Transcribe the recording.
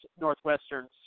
Northwestern's